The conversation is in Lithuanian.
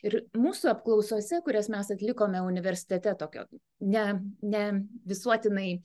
ir mūsų apklausose kurias mes atlikome universitete tokio ne ne visuotinai